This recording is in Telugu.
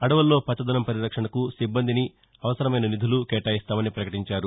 అడవుల్లో పచ్చదనం పరిరక్షణకు సిబ్బందిని అవసరమైన నిధులూ కేటాయిస్తామని ప్రకటించారు